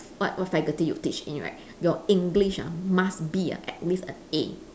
what what faculty you teach in right your english ah must be ah at least an A